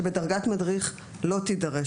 שבדרגת מדריך לא תידרש.